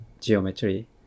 geometry